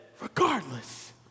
regardless